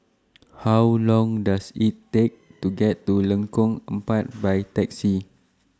How Long Does IT Take to get to Lengkong Empat By Taxi